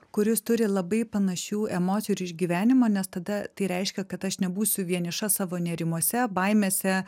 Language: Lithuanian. kuris turi labai panašių emocijų ir išgyvenimų nes tada tai reiškia kad aš nebūsiu vieniša savo nerimuose baimėse